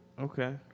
Okay